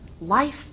Life